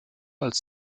als